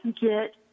get